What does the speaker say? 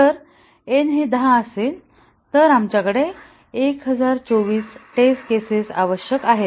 जर n हे 10 असेल तर आमच्याकडे 1024 टेस्ट केसेस आवश्यक आहेत